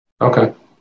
okay